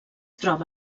troba